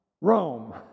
rome